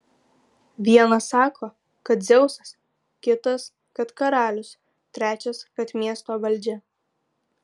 vienas sako kad dzeusas kitas kad karalius trečias kad miesto valdžia